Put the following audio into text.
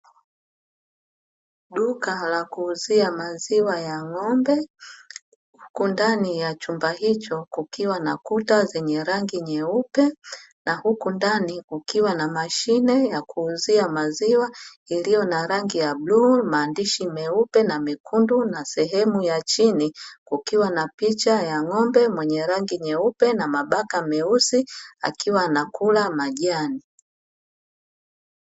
Duka la kuuzia maziwa ya ng'ombe huku ndani ya chumba hicho kukiwa na kuta zenye rangi nyeupe, na huku ndani kukiwa na mashine ya kuuzia maziwa, iliyo na rangi ya bluu, maandishi meupe na mekundu, na sehemu ya chini kukiwa na picha ya ng'ombe mwenye rangi nyeupe na mabaka meusi, akiwa anakula majani.